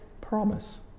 promise